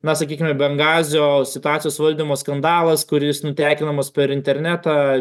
na sakykime bengazio situacijos valdymo skandalas kuris nutekinamas per internetą